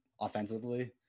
offensively